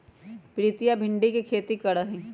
प्रीतिया भिंडी के खेती करा हई